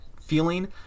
feeling